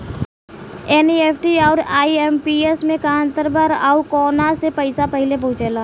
NEFT आउर IMPS मे का अंतर बा और आउर कौना से पैसा पहिले पहुंचेला?